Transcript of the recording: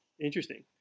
Interesting